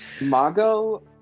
Mago